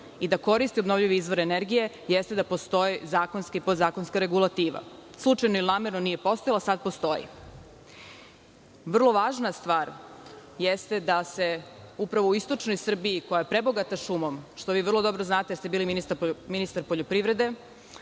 i da koristi obnovljive izvore energije jeste da postoji zakonska i podzakonska regulativa. Slučajno ili namerno nije postojala, sada postoji. Vrlo važna stvar jeste da u istočnoj Srbiji koja je prebogata šumom, što vrlo dobro znate jer ste bili ministar poljoprivrede,